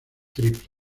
triple